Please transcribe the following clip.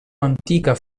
antica